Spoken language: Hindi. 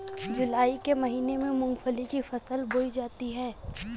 जूलाई के महीने में मूंगफली की फसल बोई जाती है